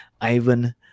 Ivan